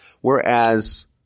Whereas